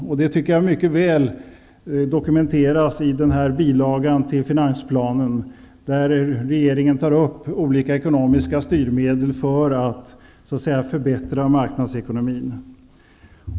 Detta dokumenteras mycket väl i aktuell bilaga till finansplanen. Regeringen tar där upp olika ekonomiska styrmedel för att så att säga förbättra marknadsekonomin.